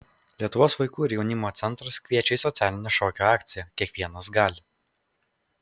lietuvos vaikų ir jaunimo centras kviečia į socialinę šokio akciją kiekvienas gali